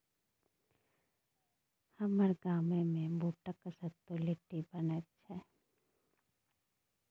हमर गाममे बूटक सत्तुक लिट्टी बनैत छै